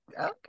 okay